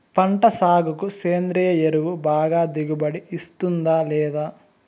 పంట సాగుకు సేంద్రియ ఎరువు బాగా దిగుబడి ఇస్తుందా లేదా